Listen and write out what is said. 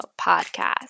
podcast